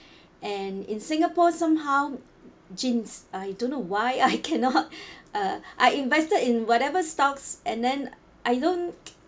and in singapore somehow jinx I don't know why I cannot uh I invested in whatever stocks and then I don't